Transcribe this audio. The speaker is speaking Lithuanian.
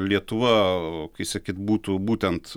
lietuva kai sakyt būtų būtent